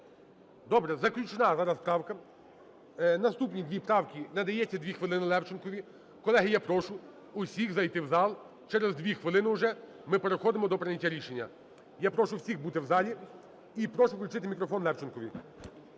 Добре, заключна зараз правка. Наступні дві правки – надається 2 хвилини Левченкові. Колеги, я прошу всіх зайти в зал, через 2 хвилини вже ми переходимо до прийняття рішення. Я прошу всіх бути в залі. І прошу включити мікрофон Левченкові.